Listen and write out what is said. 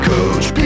Coach